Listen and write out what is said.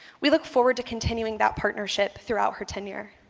we look forward to continuing that partnership throughout her tenure.